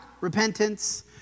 repentance